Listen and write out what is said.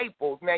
Now